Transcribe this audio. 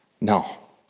No